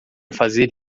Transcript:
fazer